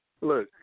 look